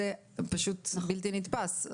זה פשוט בלתי נתפס.